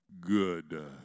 good